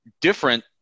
different